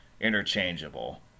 interchangeable